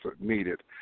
needed